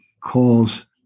calls